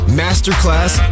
masterclass